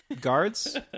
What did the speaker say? guards